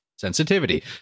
sensitivity